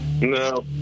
No